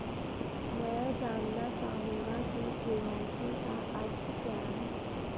मैं जानना चाहूंगा कि के.वाई.सी का अर्थ क्या है?